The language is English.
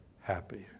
happy